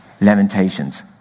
Lamentations